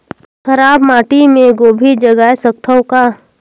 खराब माटी मे गोभी जगाय सकथव का?